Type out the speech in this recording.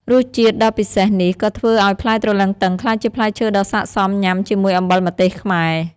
រសជាតិដ៏ពិសេសនេះក៏ធ្វើឲ្យផ្លែទ្រលឹងទឹងក្លាយជាផ្លែឈើដ៏ស័ក្តិសមញ៉ាំជាមួយអំបិលម្ទេសខ្មែរ។